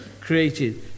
created